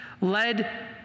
led